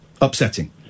upsetting